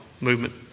movement